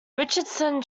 richardson